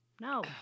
No